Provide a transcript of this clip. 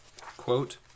quote